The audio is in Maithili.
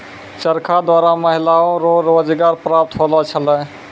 चरखा द्वारा महिलाओ रो रोजगार प्रप्त होलौ छलै